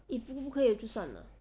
if 不可以就算了